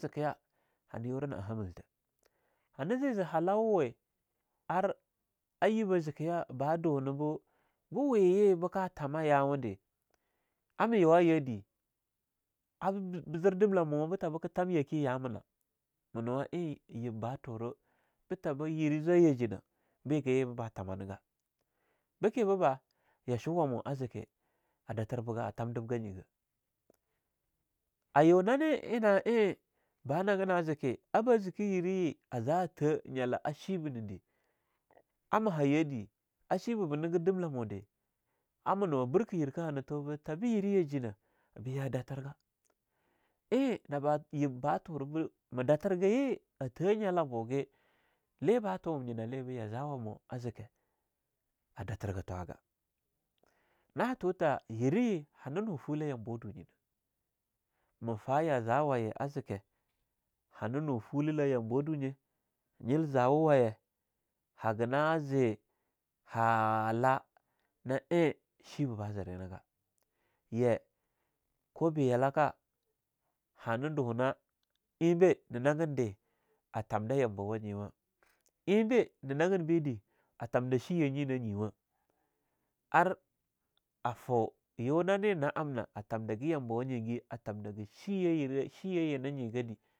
Zikee ya hanah yurah na hamitha hana zeza halauwe ar a yibbe zikiya ba dunebu be we ye ka tamah yawunande ama yuwah yade, a b.. bazir dimlalamu wa, ba tabeke tam yaki yawa mina, ma nuwa ein yeb ba turah, bu tabu yer zwaya ya jinah be gaye ba tamenigah, beke be bah ya sho wamo a zekee a datirbegah a tamdibgah nyegah. Ayo nane eing na eing ba nagenna'a zeke, a ba zike yire ye aza thah-nyala a shibeh na de, a ma haya de a shibah bah niga dimlah lamo de, a nuwa birkah yerkah hana tubo tabe yerah yajinah beya datirga. Eing yib bah turo be mah datirgah ye a thah-nyalabugi, le bah tuwam nyina le bu yazawa mo a zikee a datirgah twagah. Na tutah yerah ye hana nu fula yambawadunyina ma fa ya zawaye a zike hana nu fula yambahwadunye nyil zahwa waye, hagah na zee hallah, na eing shiba ba zeree na gah. Ye kobe yalakal hanah dunah eebe na naginde atamdah yambowa nye wah? Eingbe ne naginbide a tamdah shiyanyenah nyi wah? Ar a fuh yunane na amna a tamdagah yambowa nyigi a tamdagah shiya yera shiya yina nyegade.